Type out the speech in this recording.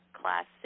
class